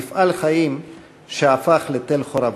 מפעל חיים שהפך לתל חורבות.